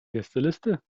gästeliste